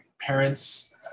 parents